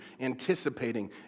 anticipating